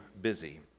busy